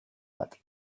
bat